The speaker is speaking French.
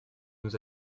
nous